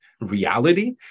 reality